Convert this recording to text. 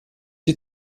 die